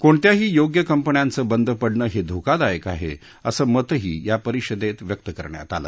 कोणत्याही योग्य कंपन्यांचं बंद पडणं हे धोकादायक आहे असं मतही या परिषदेत व्यक्त करण्यात आलं